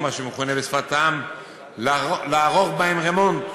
או מה שמכונה בשפת העם לערוך בהם "רמונט",